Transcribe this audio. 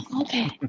okay